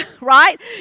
right